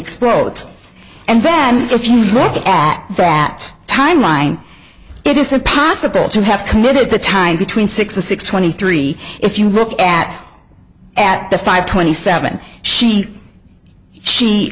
explodes and bad if you look at that timeline it is impossible to have committed the time between six to six twenty three if you look at at the five twenty seven she she